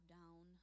down